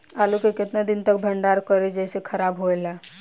आलू के केतना दिन तक भंडारण करी जेसे खराब होएला?